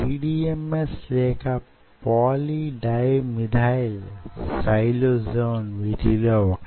PDMS లేక polydimethylsiloxane వీటిలో వొకటి